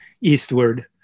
eastward